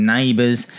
Neighbours